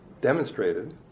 demonstrated